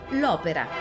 l'opera